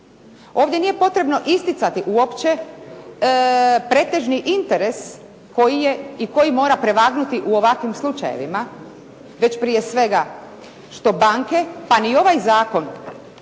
Ovdje nije potrebno isticati uopće pretežni interes koji je i koji mora prevagnuti u ovakvim slučajevima, već prije svega što banke, pa ni ovaj Zakon